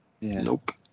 nope